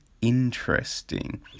interesting